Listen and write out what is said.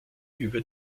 über